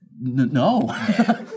no